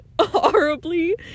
horribly